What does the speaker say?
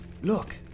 Look